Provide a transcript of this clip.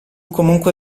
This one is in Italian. comunque